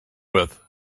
with